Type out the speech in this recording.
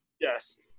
Yes